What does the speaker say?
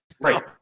Right